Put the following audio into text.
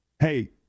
Hey